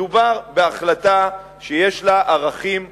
מדובר בהחלטה שיש לה ערכים חינוכיים.